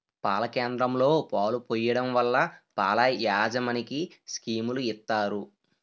పాల కేంద్రంలో పాలు పోయడం వల్ల పాల యాజమనికి స్కీములు ఇత్తారు